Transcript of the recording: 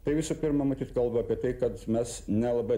tai visų pirma matyt kalba apie tai kad mes nelabai